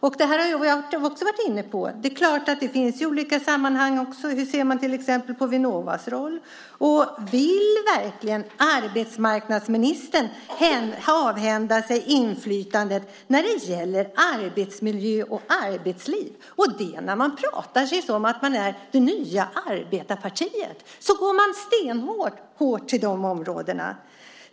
Jag har också varit inne på detta i olika sammanhang. Hur ser man till exempel på Vinnovas roll? Vill verkligen arbetsmarknadsministern avhända sig inflytande när det gäller arbetsmiljö och arbetsliv? Här talar man om det nya arbetarpartiet, och sedan går man stenhårt åt de områdena.